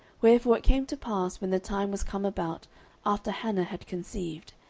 wherefore it came to pass, when the time was come about after hannah had conceived,